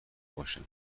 باشم